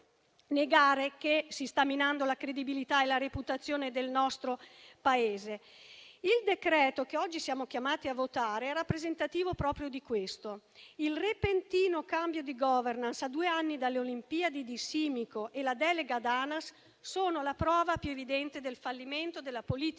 che si sta minando la credibilità e la reputazione del nostro Paese. Il decreto-legge che oggi siamo chiamati a votare è rappresentativo proprio di questo: il repentino cambio di *governance* di Simico, a due anni dalle Olimpiadi, e la delega ad ANAS sono la prova più evidente del fallimento della politica